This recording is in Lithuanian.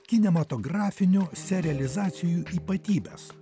kinematografinių serealizacijų ypatybes